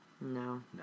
No